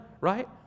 right